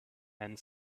and